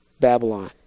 Babylon